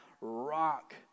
rock